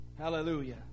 Hallelujah